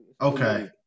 Okay